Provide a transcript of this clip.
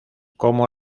como